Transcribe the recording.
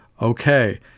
Okay